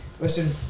Listen